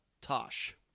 tosh